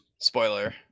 Spoiler